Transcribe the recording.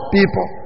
people